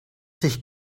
sich